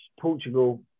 Portugal